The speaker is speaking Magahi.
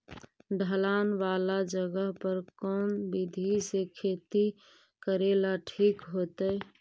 ढलान वाला जगह पर कौन विधी से खेती करेला ठिक होतइ?